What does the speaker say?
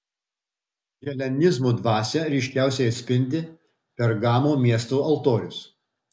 helenizmo dvasią ryškiausiai atspindi pergamo miesto altorius